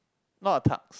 not a tux